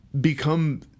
become